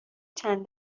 چند